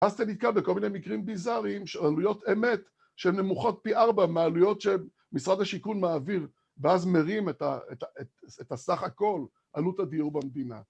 ו‫אז אתה נתקע בכל מיני מקרים ביזאריים ‫של עלויות אמת, ‫שנמוכות פי ארבע, ‫מעלויות שמשרד השיכון מעביר, ‫ואז מרים את הסך הכול, ‫עלות הדיור במדינה.